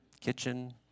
kitchen